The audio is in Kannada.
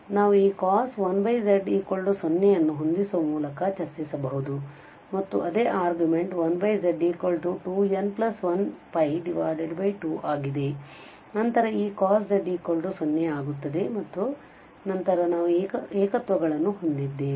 ನಾವು ಈ cos 1z 0ಅನ್ನು ಹೊಂದಿಸುವ ಮೂಲಕ ಚರ್ಚಿಸಬಹುದು ಮತ್ತು ಅದೇ ಅರ್ಗುಮೆಂಟ್ 1z2n12 ಆಗಿದೆ ನಂತರ ಈ cos z 0 ಆಗುತ್ತದೆ ಮತ್ತು ನಂತರ ನಾವು ಈ ಏಕತ್ವಗಳನ್ನು ಹೊಂದಿದ್ದೇವೆ